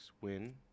win